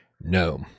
No